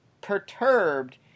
perturbed